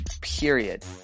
period